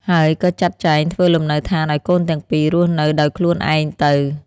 ហើយក៏ចាត់ចែងធ្វើលំនៅដ្ឋានឱ្យកូនទាំងពីររស់នៅដោយខ្លួនឯងទៅ។